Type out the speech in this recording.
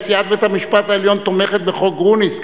נשיאת בית-המשפט העליון תומכת בחוק גרוניס,